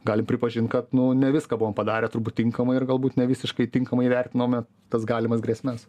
galim pripažint kad nu ne viską buvom padarę turbūt tinkamai ir galbūt nevisiškai tinkamai įvertinome tas galimas grėsmes